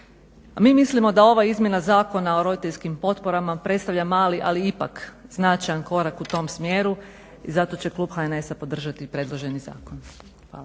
Mi mislimo da ova izmjena zakona o roditeljskim potporama predstavlja mali ali ipak značajan korak u tom smjeru i zato će Klub HNS-a podržati predloženi zakon.